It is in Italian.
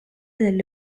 delle